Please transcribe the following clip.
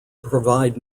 provide